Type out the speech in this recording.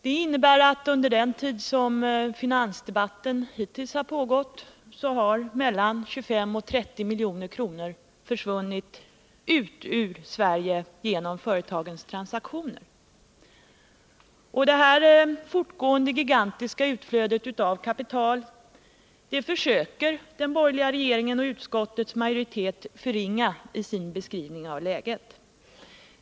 Det innebär att under den tid som finansdebatten hittills har pågått har mellan 25 och 30 milj.kr. försvunnit ut ur Sverige genom företagens transaktioner. Det här fortgående gigantiska utflödet av kapital försöker den borgerliga regeringen och utskottets majoritet förringa i sin beskrivning av läget.